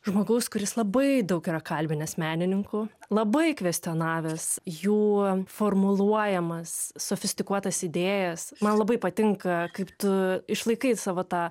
žmogaus kuris labai daug yra kalbinęs menininkų labai kvestionavęs jų formuluojamas sofistikuotas idėjas man labai patinka kaip tu išlaikai savo tą